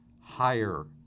Higher